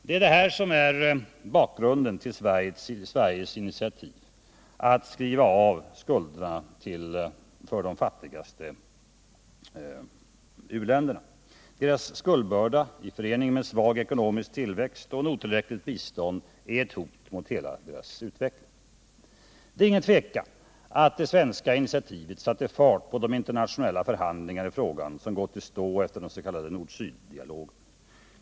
Det här är bakgrunden till Sveriges initiativ att skriva av biståndsskulderna för de fattigaste länderna. Dessa länders skuldbörda i förening med en svag ekonomisk tillväxt och ett otillräckligt bistånd är ett hot mot deras utveckling. Det är ingen tvekan om att det svenska initiativet satte fart på de internationella förhandlingar i frågan som gått i stå efter den s.k. nordsyddialogen.